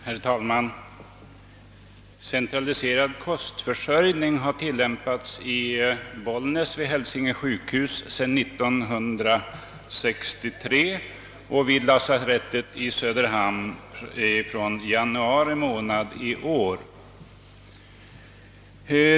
Herr talman! Centraliserad kostförsörjning har tillämpats vid Hälsinge sjukhus i Bollnäs sedan 1963 och vid lasarettet i Söderhamn från januari månad i år.